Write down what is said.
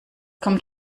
kommt